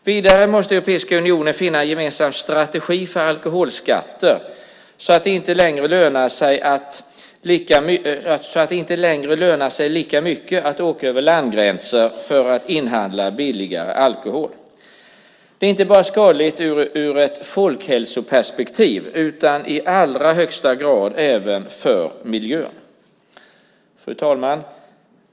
Vidare måste Europeiska unionen finna en gemensam strategi för alkoholskatter så att det inte längre lönar sig lika mycket att åka över landgränser för att inhandla billigare alkohol. Det är skadligt inte bara i ett folkhälsoperspektiv utan också, och i då allra högsta grad, för miljön. Fru talman!